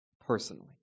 personally